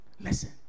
listen